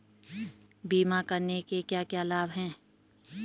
बीमा करने के क्या क्या लाभ हैं?